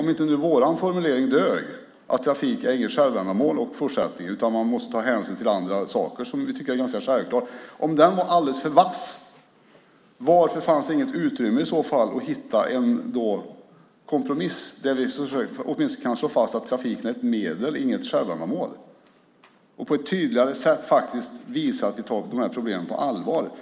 Om nu inte vår formulering om att trafik inte är något självändamål utan att man måste ta hänsyn till andra saker, vilket vi tycker är ganska självklart, inte dög utan var alldeles för vass, varför fanns det i så fall inget utrymme att hitta en kompromiss där vi åtminstone kan slå fast att trafiken är ett medel och inget självändamål och på ett tydligare sätt faktiskt visa att vi tar de här problemen på allvar?